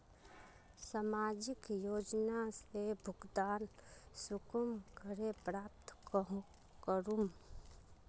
सामाजिक योजना से भुगतान कुंसम करे प्राप्त करूम?